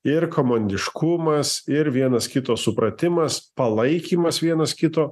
ir komandiškumas ir vienas kito supratimas palaikymas vienas kito